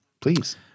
Please